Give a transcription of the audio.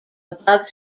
above